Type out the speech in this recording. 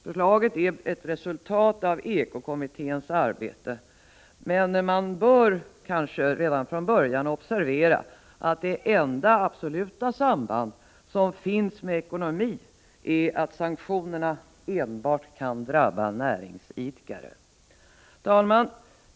Förslaget är ett resultat av ekokommissionens arbete, men man bör kanske redan från början observera att det enda absoluta samband som finns med ekonomi är att sanktionerna enbart kan drabba näringsidkare. Herr talman!